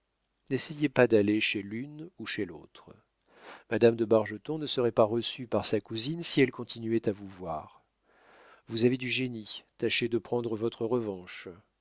n'essayez pas d'aller chez l'une ou chez l'autre madame de bargeton ne serait pas reçue par sa cousine si elle continuait à vous voir vous avez du génie tâchez de prendre votre revanche